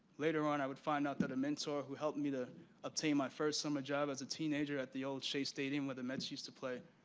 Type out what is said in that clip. later on, i would find out that a mentor who helped me to obtain my first summer job as a teenager at the old shea stadium, where the mets used to play,